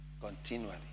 continually